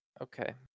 Okay